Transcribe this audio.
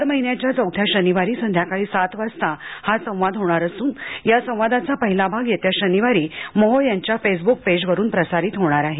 दर महिन्याच्या चौथ्या शनिवारी संध्याकाळी सात वाजता हा संवाद होणार असून या संवादाचा पहिला भाग येत्या शनिवारी मोहोळ यांच्या फेसब्क पेजवरून प्रसारित होणार आहे